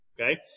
okay